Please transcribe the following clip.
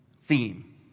theme